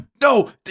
no